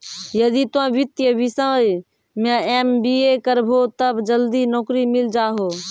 यदि तोय वित्तीय विषय मे एम.बी.ए करभो तब जल्दी नैकरी मिल जाहो